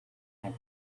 act